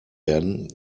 werden